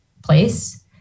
place